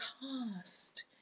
cost